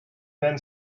then